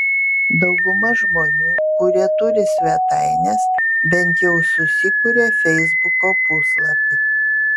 dauguma žmonių kurie turi svetaines bent jau susikuria feisbuko puslapį